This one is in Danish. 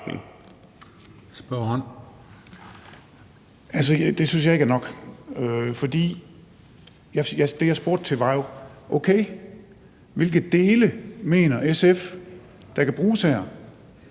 Det synes jeg ikke er nok. For det, som jeg spurgte til, var jo: Okay, hvilke dele mener SF der kan bruges her?